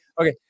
Okay